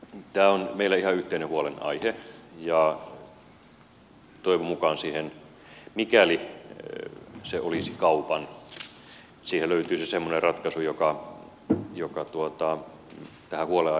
tämä on meille ihan yhteinen huolenaihe ja toivon mukaan siihen mikäli se olisi kaupan löytyisi semmoinen ratkaisu joka tähän huolenaiheeseen vastaa